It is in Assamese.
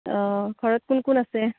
অঁ ঘৰত কোন কোন আছে